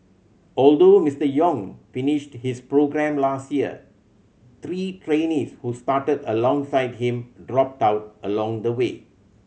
although Mister Yong finished his programme last year three trainees who started alongside him dropped out along the way